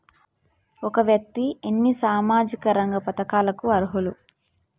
ఒక వ్యక్తి ఎన్ని సామాజిక రంగ పథకాలకు అర్హులు?